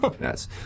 yes